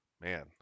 Man